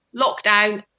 lockdown